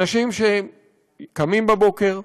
אנשים שקמים בבוקר,